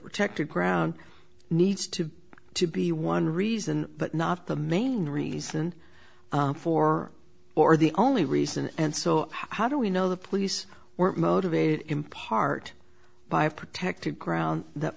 protected ground needs to be one reason but not the main reason for or the only reason and so how do we know the police were motivated in part by a protected ground that